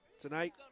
tonight